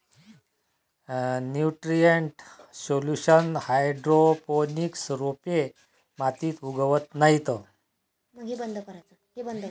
nutrient solution hydroponics रोपे मातीत उगवत नाहीत